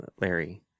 Larry